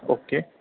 okay